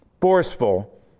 Forceful